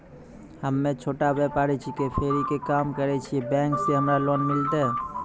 हम्मे छोटा व्यपारी छिकौं, फेरी के काम करे छियै, बैंक से हमरा लोन मिलतै?